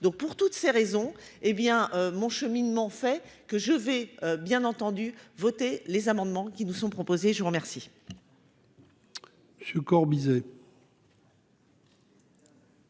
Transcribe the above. donc pour toutes ces raisons, hé bien mon cheminement fait que je vais bien entendu voter les amendements qui nous sont proposées, je vous remercie.